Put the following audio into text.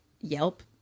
Yelp